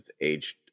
aged